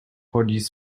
chodzić